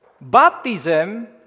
baptism